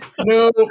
No